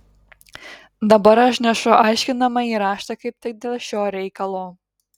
dabar aš nešu aiškinamąjį raštą kaip tik dėl šio reikalo